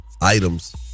items